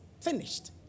finished